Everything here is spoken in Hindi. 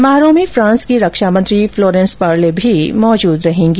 समारोह में फ्रांस की रक्षामंत्री फ्लोरेंस पार्ले भी मौजूद रहेंगी